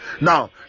Now